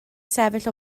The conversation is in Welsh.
sefyll